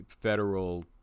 federal